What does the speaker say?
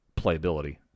playability